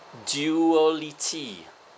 duality